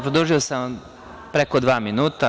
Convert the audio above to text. Produžio sam vam preko dva minuta.